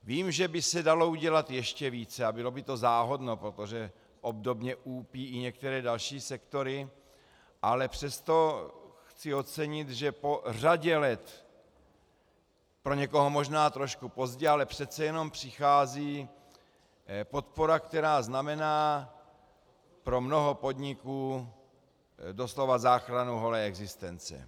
Vím, že by se dalo udělat ještě více, a bylo by to záhodno, protože obdobně úpí i některé další sektory, ale přesto chci ocenit, že po řadě let, pro někoho možná trošku pozdě, ale přece jenom, přichází podpora, která znamená pro mnoho podniků doslova záchranu holé existence.